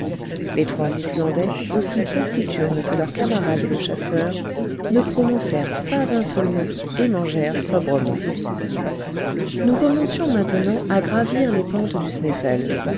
les trois islandais aussi taciturnes que leur camarade le chasseur ne prononcèrent pas un seul mot et mangèrent sobrement nous commencions maintenant à gravir les pentes du sneffels